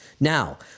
Now